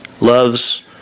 Love's